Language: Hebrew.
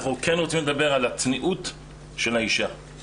אנחנו כן רוצים לדבר על הצניעות של האישה.